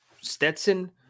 Stetson